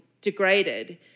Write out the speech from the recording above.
degraded